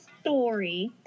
story